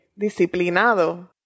disciplinado